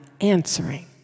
answering